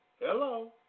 hello